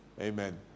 Amen